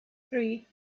three